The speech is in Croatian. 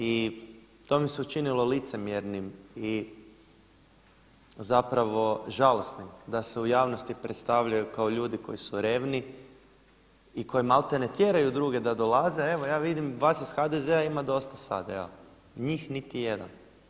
I to mi se učinilo licemjernim i zapravo žalosnim da se u javnosti predstavljaju kao ljudi koji su revni i koji maltene tjeraju druge da dolaze a evo ja vidim vas iz HDZ-a ima dosta sada, njih niti jedan.